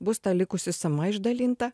bus ta likusi suma išdalinta